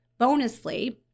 Bonusly